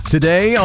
Today